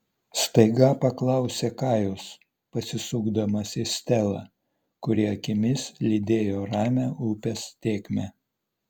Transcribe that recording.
staiga paklausė kajus pasisukdamas į stelą kuri akimis lydėjo ramią upės tėkmę